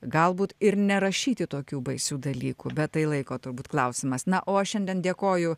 galbūt ir nerašyti tokių baisių dalykų bet tai laiko turbūt klausimas na o aš šiandien dėkoju